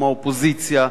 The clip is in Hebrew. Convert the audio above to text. מהאופוזיציה,